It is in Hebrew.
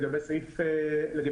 לגבי סעיף (6)(ג),